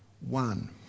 One